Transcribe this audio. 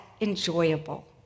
enjoyable